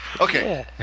Okay